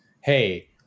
hey